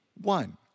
one